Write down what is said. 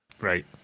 Right